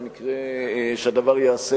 במקרה שהדבר ייעשה